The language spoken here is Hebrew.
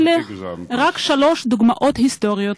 לכם רק שלוש דוגמאות היסטוריות: